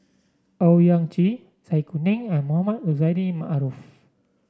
Owyang Chi Zai Kuning and Mohamed Rozani Maarof